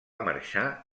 marxar